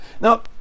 Now